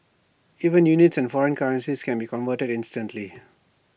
even units and foreign currencies can be converted instantly